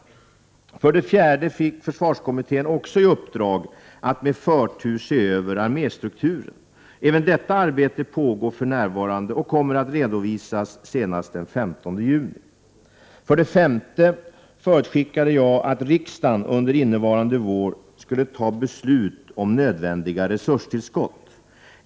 För det fjärde fick försvarskommittén också i uppdrag att med förtur se över arméstrukturen. Även detta arbete pågår för närvarande och kommer att redovisas senast den 15 juni. För det femte förutskickade jag att riksdagen under innevarande vår skulle ta beslut om nödvändiga resurstillskott.